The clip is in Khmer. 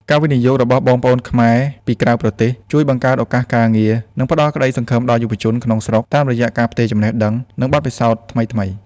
ការវិនិយោគរបស់បងប្អូនខ្មែរពីក្រៅប្រទេស ជួយបង្កើត ឱកាសការងារ និងផ្ដល់ក្តីសង្ឃឹមដល់យុវជនក្នុងស្រុក តាមរយៈការផ្ទេរចំណេះដឹង និងបទពិសោធន៍ថ្មីៗ។